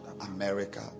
America